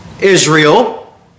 Israel